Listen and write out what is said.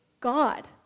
God